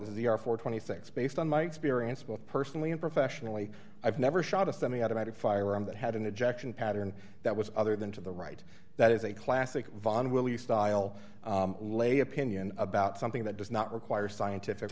the are for twenty things based on my experience both personally and professionally i've never shot a semiautomatic firearms that had an objection pattern that was other than to the right that is a classic von will you style lay opinion about something that does not require scientific